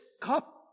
cup